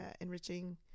enriching